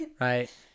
right